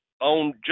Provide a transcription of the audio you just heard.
on